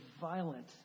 violent